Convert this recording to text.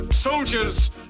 Soldiers